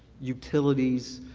utilities,